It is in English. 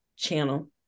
channel